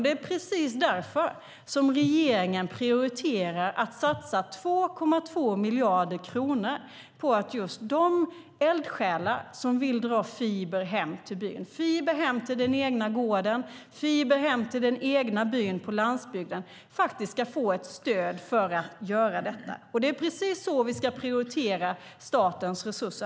Det är därför som regeringen prioriterar att satsa 2,2 miljarder kronor på att just de eldsjälar som vill dra fiber hem till den egna gården, hem till den egna byn på landsbygden faktiskt ska få ett stöd för att göra detta. Det är precis så vi ska prioritera statens resurser.